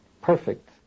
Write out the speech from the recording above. perfect